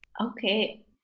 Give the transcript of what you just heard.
Okay